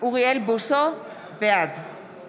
אוריאל בוסו, בעד